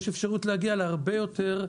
יש אפשרות להגיע להרבה יותר,